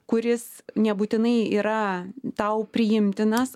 kuris nebūtinai yra tau priimtinas